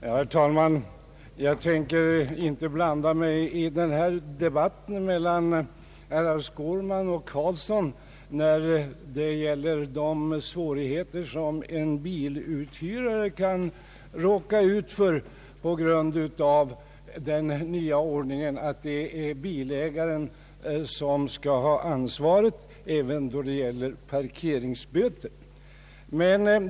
Herr talman! Jag tänker inte blanda mig i debatten mellan herrar Skårman och Göran Karlsson om de svårigheter som en biluthyrare kan råka ut för på grund av den nya ordningen, att det är bilägaren som skall ha ansvaret även då det gäller parkeringsböter.